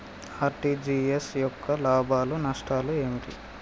RTGS యొక్క లాభాలు నష్టాలు ఏమిటి?